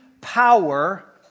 power